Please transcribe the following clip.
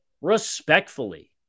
Respectfully